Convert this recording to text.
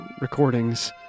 Recordings